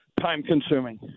time-consuming